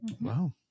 Wow